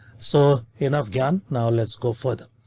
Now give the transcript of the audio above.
so in afghan now let's go further.